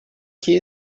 que